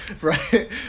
Right